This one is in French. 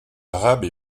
arabe